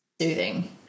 soothing